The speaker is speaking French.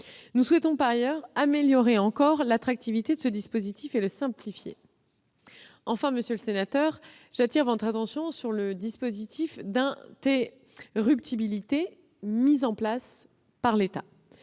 Nous souhaitons par ailleurs améliorer encore l'attractivité de ce dispositif et le simplifier. Enfin, monsieur le sénateur, j'attire votre attention sur le dispositif d'« interruptibilité » mis en place par l'État.